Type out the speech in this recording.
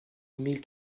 mille